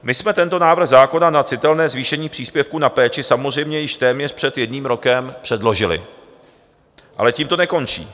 My jsme tento návrh zákona na citelné zvýšení příspěvku na péči samozřejmě již téměř před jedním rokem předložili, ale tím to nekončí.